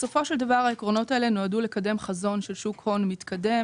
בסופו של דבר העקרונות האלה נועדו לקדם חזון של שוק הון מתקדם,